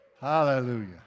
Hallelujah